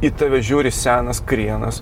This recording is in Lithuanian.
į tave žiūri senas krienas